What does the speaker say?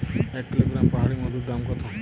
এক কিলোগ্রাম পাহাড়ী মধুর দাম কত?